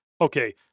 okay